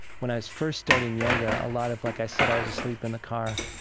when i was first starting yoga, a lot of, like i said, i was asleep in the car.